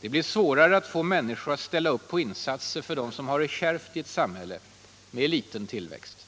Det blir svårare att få människor att ställa upp på insatser för dem som har det kärvt i ett samhälle med liten tillväxt.